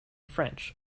french